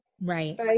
right